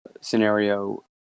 scenario